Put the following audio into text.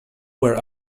wear